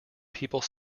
people